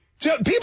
People